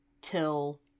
till